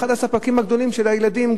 והוא אחד הספקים הגדולים של הילדים,